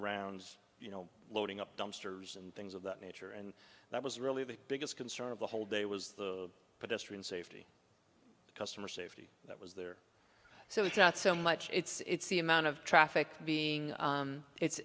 around you know loading up dumpsters and things of that nature and that was really the biggest concern of the whole day was the pedestrian safety the customer safety that was there so it's not so much it's the amount of traffic being it's